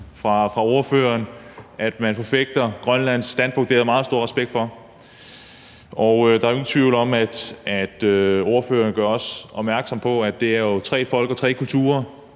at ordføreren forfægter Grønlands standpunkt. Det har jeg meget stor respekt for. Der er jo ingen tvivl om, at ordføreren gør opmærksom på, at det er tre folk og tre kulturer.